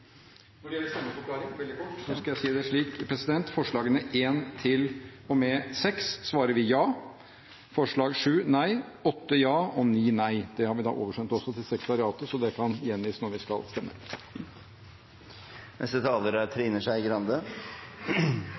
Når det gjelder stemmeforklaring, skal jeg veldig kort si det slik: Når det gjelder forslagene nr. 1 til og med nr. 6, svarer vi ja, til forslag nr. 7 nei, forslag nr. 8 ja og forslag nr. 9 nei. Det har vi også oversendt til sekretariatet, så det kan gjengis når vi skal stemme.